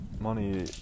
money